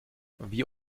wie